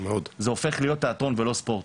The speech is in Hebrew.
זה הופך להיות תיאטרון ולא ספורט,